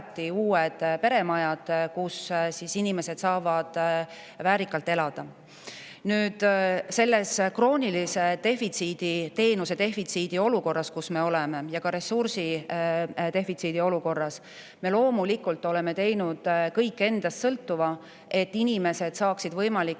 uued peremajad, kus inimesed saavad väärikalt elada. Nüüd, selles teenuse kroonilise defitsiidi olukorras, kus me oleme, ja ka ressursside defitsiidi olukorras, me loomulikult oleme teinud kõik endast sõltuva, et inimesed saaksid võimalikult